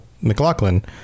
McLaughlin